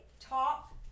top